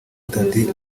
thandi